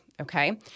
okay